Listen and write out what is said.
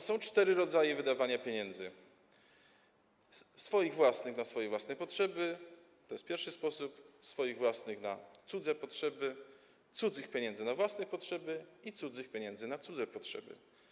Są cztery rodzaje wydawania pieniędzy: swoich własnych na swoje własne potrzeby, to jest pierwszy sposób, swoich własnych na cudze potrzeby, cudzych pieniędzy na własne potrzeby i cudzych pieniędzy na cudze potrzeby.